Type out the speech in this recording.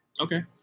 Okay